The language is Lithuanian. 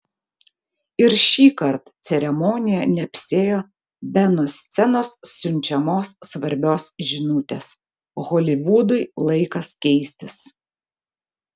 ir šįkart ceremonija neapsiėjo be nuo scenos siunčiamos svarbios žinutės holivudui laikas keistis